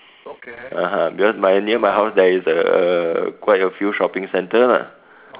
(uh huh) because my near my house there is uh quite a few shopping centre lah